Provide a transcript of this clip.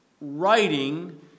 writing